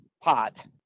pot